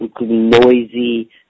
noisy